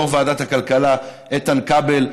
יו"ר ועדת הכלכלה איתן כבל,